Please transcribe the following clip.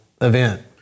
event